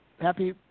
Happy